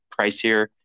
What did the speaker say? pricier